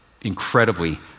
incredibly